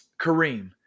Kareem